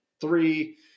three